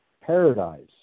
paradise